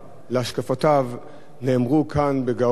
להשקפותיו, נאמרו כאן בגאון,